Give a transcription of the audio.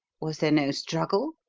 was there no struggle?